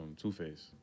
Two-Face